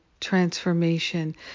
transformation